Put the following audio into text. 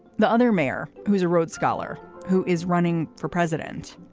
the other mayor who's a rhodes scholar who is running for president.